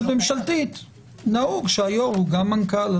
ממשלתית נהוג שהיו"ר הוא גם מנכ"ל.